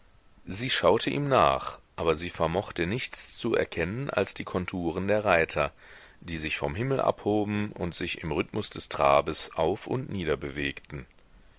sie schaute ihm nach aber sie vermochte nichts zu erkennen als die konturen der reiter die sich vom himmel abhoben und sich im rhythmus des trabes auf und nieder bewegten